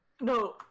No